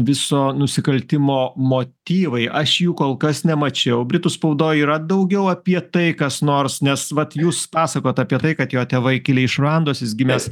viso nusikaltimo motyvai aš jų kol kas nemačiau britų spaudoj yra daugiau apie tai kas nors nes vat jūs pasakojat apie tai kad jo tėvai kilę iš ruandos jis gimęs